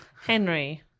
Henry